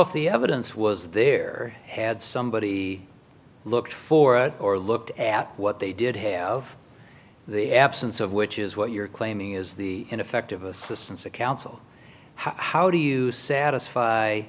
if the evidence was there had somebody looked for or looked at what they did have the absence of which is what you're claiming is the ineffective assistance of counsel how do you satisfy